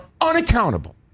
unaccountable